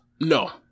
No